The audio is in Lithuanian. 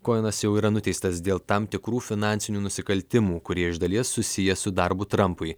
kojenas jau yra nuteistas dėl tam tikrų finansinių nusikaltimų kurie iš dalies susiję su darbu trampui